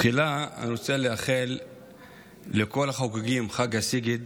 תחילה אני רוצה לאחל לכל החוגגים את חג הסיגד